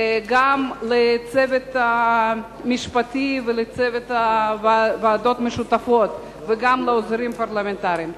וגם לצוות המשפטי ולצוות הוועדות המשותפות וגם לעוזרים הפרלמנטריים.